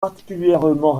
particulièrement